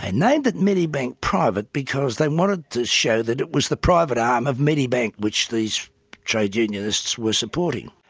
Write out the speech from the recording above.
and named that medibank private because they wanted to show that it was the private arm of medibank which these trade unionists were supporting.